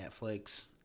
Netflix